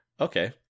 okay